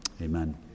Amen